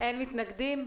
אין מתנגדים.